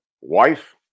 wife